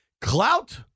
Clout